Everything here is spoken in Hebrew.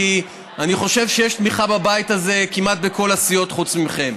כי אני חושב שיש תמיכה בבית הזה כמעט בכל הסיעות חוץ מכם.